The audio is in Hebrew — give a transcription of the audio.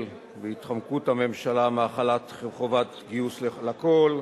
והתחמקות הממשלה מהחלת חובת גיוס לכול,